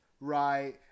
right